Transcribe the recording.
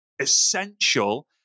essential